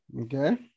Okay